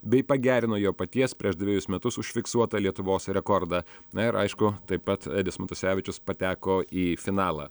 bei pagerino jo paties prieš dvejus metus užfiksuotą lietuvos rekordą na ir aišku taip pat edis matusevičius pateko į finalą